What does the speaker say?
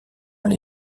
elle